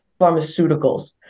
pharmaceuticals